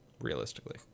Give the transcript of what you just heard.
realistically